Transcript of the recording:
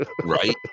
Right